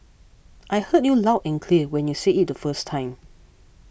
I heard you loud and clear when you said it the first time